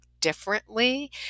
differently